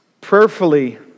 prayerfully